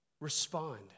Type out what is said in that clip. respond